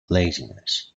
laziness